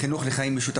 ויוזמות כאלה,